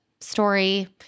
story